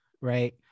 right